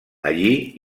allí